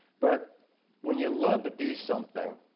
but when you love to do something,